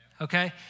Okay